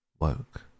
woke